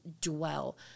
dwell